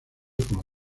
como